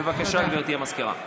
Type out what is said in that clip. בבקשה, גברתי המזכירה.